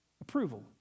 approval